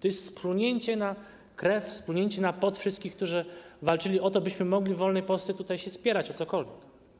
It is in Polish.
to jest splunięcie na krew, splunięcie na pot wszystkich, którzy walczyli o to, byśmy mogli w wolnej Polsce spierać się o cokolwiek.